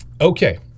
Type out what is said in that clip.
Okay